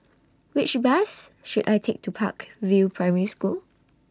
Which Bus should I Take to Park View Primary School